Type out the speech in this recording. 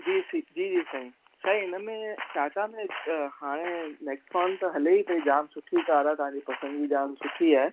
जी सी जी जी साईं साईं हिन में टाटा में हाणे नैक्सोन त हले ई पई जाम सुठी कार आहे तव्हांजी पसंदगी जाम सुठी आहे